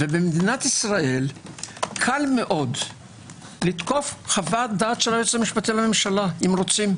ובמדינת ישראל קל מאוד לתקוף חוות דעת של יועץ משפטי לממשלה אם רוצים.